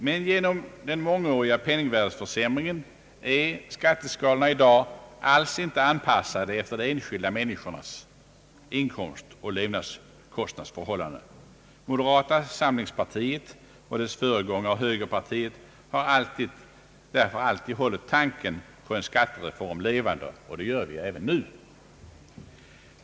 Men genom den mångåriga penningvärdeförsämringen är skatteskalorna i dag inte alls anpassade efter de enskilda människornas inkomstoch levnadskostnadsförhållanden. Moderata samlingspartiet och dess föregångare högerpartiet har därför alltid hållit tanken på en skattereform levande, och det gör vi även nu.